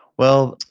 well,